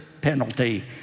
penalty